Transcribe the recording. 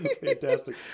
Fantastic